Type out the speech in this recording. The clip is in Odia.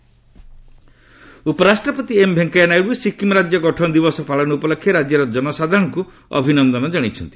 ଉପରାଷ୍ଟ୍ରପତି ସିକ୍କିମ୍ ଉପରାଷ୍ଟ୍ରପତି ଏମ୍ ଭେଙ୍କୟା ନାଇଡୁ ସିକ୍କିମ୍ ରାଜ୍ୟ ଗଠନ ଦିବସ ପାଳନ ଉପଲକ୍ଷେ ରାଜ୍ୟର ଜନସାଧାରଣଙ୍କୁ ଅଭିନନ୍ଦନ ଜଣାଇଛନ୍ତି